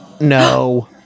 no